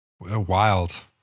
wild